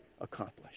accomplished